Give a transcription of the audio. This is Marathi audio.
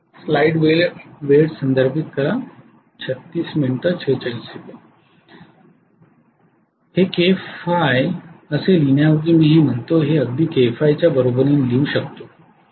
हे kΦ असे लिहिण्याऐवजी मी हे म्हणतो हे अगदी kΦ च्या बरोबरीने लिहू शकते